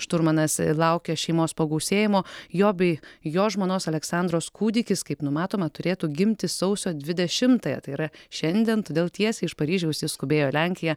šturmanas laukia šeimos pagausėjimo jo bei jo žmonos aleksandros kūdikis kaip numatoma turėtų gimti sausio dvidešimtąją tai yra šiandien todėl tiesiai iš paryžiaus jis skubėjo į lenkiją